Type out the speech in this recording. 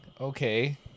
okay